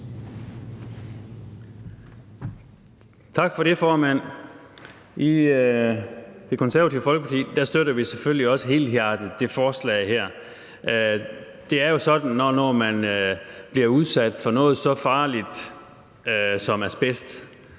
Tak for det, formand. I Det Konservative Folkeparti støtter vi selvfølgelig også helhjertet det forslag her. Det er jo sådan, at når man bliver udsat for noget så farligt som asbest,